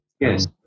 yes